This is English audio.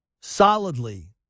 solidly